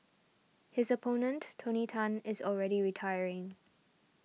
his opponent Tony Tan is already retiring